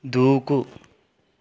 దూకు